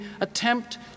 attempt